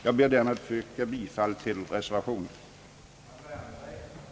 Jag ber därmed, herr talman, att få yrka bifall till reservationen vid bevillningsutskottets betänkande nr 44.